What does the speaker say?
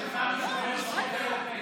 איתן, היושר שלך לפעמים שובר אותי.